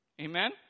Amen